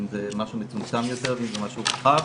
אם זה משהו מצומצם יותר ואם זה משהו רחב,